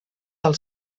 del